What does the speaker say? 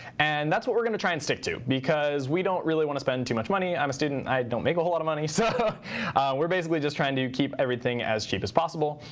and that's what we're going to try and stick to, because we don't really want to spend too much money. i'm a student. i don't make a whole lot of money. so we're basically just trying to keep everything as cheap as possible.